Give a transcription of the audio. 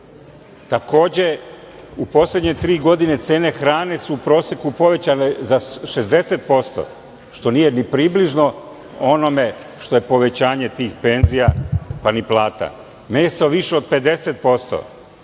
Takođe, u poslednje tri godine cene hrane su u proseku povećane za 60%, što nije ni približno onome što je povećanje tih penzija, pa ni plata. Meso više od 50%,